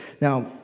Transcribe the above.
Now